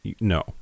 no